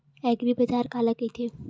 एग्रीबाजार काला कइथे?